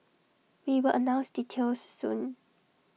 we will announce details soon